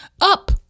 up